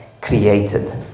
created